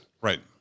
Right